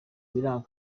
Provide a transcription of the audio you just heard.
biranga